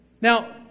Now